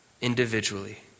Individually